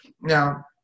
Now